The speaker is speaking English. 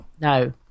No